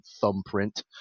thumbprint